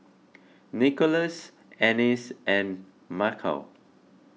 Nikolas Annis and Michal